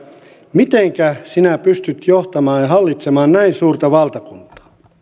mitenkä sinä pystyt johtamaan ja hallitsemaan näin suurta valtakuntaa